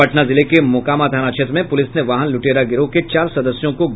पटना जिले के मोकामा थाना क्षेत्र में पुलिस ने वाहन लुटेरा गिरोह के चार सदस्यों को गिरफ्तार कर लिया